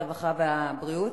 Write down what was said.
הרווחה והבריאות?